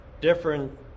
different